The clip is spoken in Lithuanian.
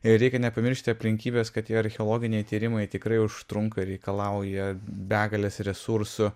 reikia nepamiršti aplinkybės kad tie archeologiniai tyrimai tikrai užtrunka ir reikalauja begalės resursų